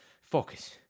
focus